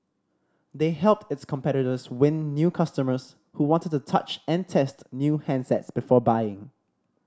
they helped its competitors win new customers who wanted to touch and test new handsets before buying